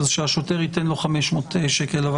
אז שהשוטר ייתן לו 500 שקל קנס.